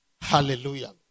Hallelujah